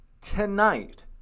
tonight